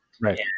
Right